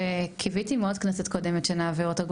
קיוויתי מאוד כנסת קודמת שנעביר אותו.